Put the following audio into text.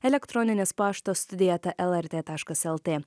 elektroninis paštas studija eta lrt taškas lt